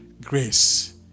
Grace